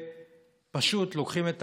ופשוט לוקחים את